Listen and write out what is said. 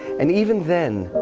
and even then,